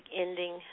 ending